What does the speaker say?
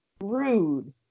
rude